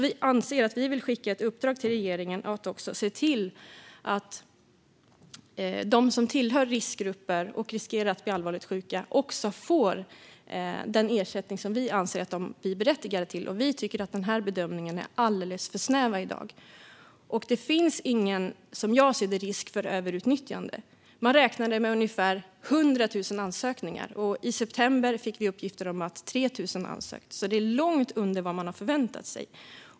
Vi vill skicka ett uppdrag till regeringen att se till att de som tillhör riskgrupper och riskerar att bli allvarligt sjuka får den ersättning som vi anser att de är berättigade till. Vi tycker att den här bedömningen är alldeles för snäv i dag. Det finns som jag ser det ingen risk för överutnyttjande. Man räknade med ungefär 100 000 ansökningar. I september fick vi uppgiften att 3 000 ansökt, så det är långt under vad man förväntat sig.